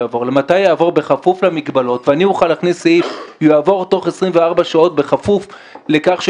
אבל אז יהיה עיקול מצד בית משפט --- אנחנו